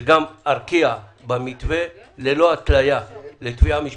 שגם ארקיע במתווה ללא התליה לתביעה משפטית.